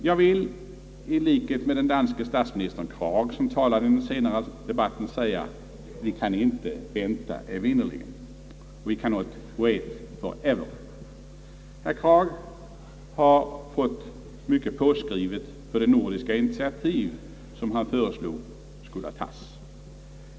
Jag vill i likhet med danske statsministern Krag, som talade senare under debatten, säga: »Vi kan inte vänta evinnerligen« — »We cannot wait for ever». Herr Krag har fått mycket påskrivet för det nordiska initiativ som han föreslog skulle tagas.